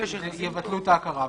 יבטלו את ההכרה.